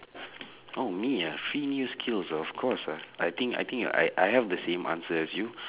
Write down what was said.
oh me ah three new skills of course ah I think I think I I have the same answer as you